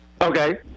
Okay